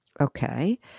Okay